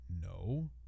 No